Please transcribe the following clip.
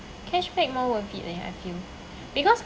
cashback more worth it leh I feel because